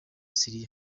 siriya